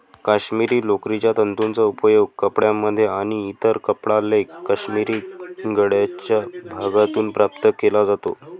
काश्मिरी लोकरीच्या तंतूंचा उपयोग कपड्यांमध्ये आणि इतर कपडा लेख काश्मिरी गळ्याच्या भागातून प्राप्त केला जातो